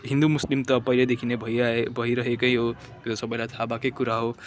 हिन्दू मुस्लिम त पहिलैदेखि भइआए भइरहेकै त्यो सबैलाई थाहा भएकै कुरा हो